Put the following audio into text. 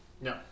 No